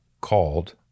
called